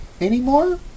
anymore